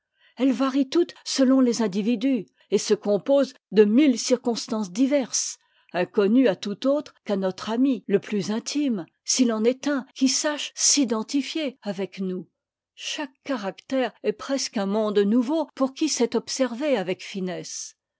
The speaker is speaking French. elles varient toutes selon les individus et se composent de mille circonstances diverses inconnues à tout autre qu'à notre ami le plus intime s'il en est un qui sache s'identifier avec nous chaque caractère est presqu'un monde nouveau pour qui sait observer avec finesse